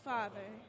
Father